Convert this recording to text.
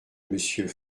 monsieur